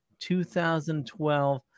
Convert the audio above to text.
2012